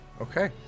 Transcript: okay